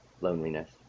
loneliness